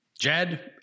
jed